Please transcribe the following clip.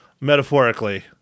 metaphorically